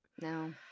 no